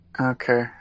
Okay